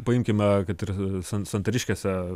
paimkime kad ir san santariškėse